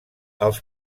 els